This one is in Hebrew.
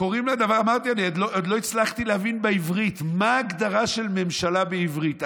אני אמרתי: אני עוד לא הצלחתי להבין מה ההגדרה של "ממשלה" בעברית.